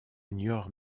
niort